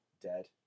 dead